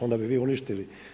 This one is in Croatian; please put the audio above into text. Onda bi vi uništili.